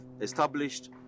established